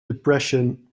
depression